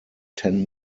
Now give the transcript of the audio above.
ten